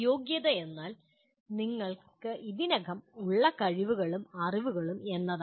യോഗ്യത എന്നാൽ നിങ്ങൾക്ക് ഇതിനകം ഉള്ള കഴിവുകളും അറിവും എന്നാണ്